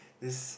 this